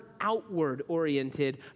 outward-oriented